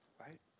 right